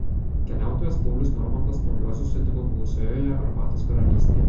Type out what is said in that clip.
keliautojas paulius normantas naujuosius sutiko gausiojoje arbatos karalystėje